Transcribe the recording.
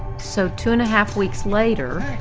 so two and a half weeks later,